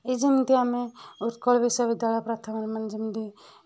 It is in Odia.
ଏଇ ଯେମିତି ଆମେ ଉତ୍କଳ ବିଶ୍ୱବିଦ୍ୟାଳୟ ପ୍ରଥମେ ମାନେ ଯେମିତି